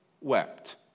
wept